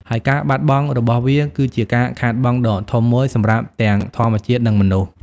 ហើយការបាត់បង់របស់វាគឺជាការខាតបង់ដ៏ធំមួយសម្រាប់ទាំងធម្មជាតិ និងមនុស្ស។